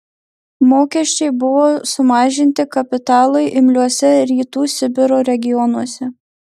mokesčiai buvo sumažinti kapitalui imliuose rytų sibiro regionuose